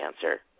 cancer